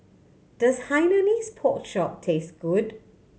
does Hainanese Pork Chop taste good